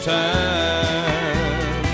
time